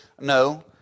...no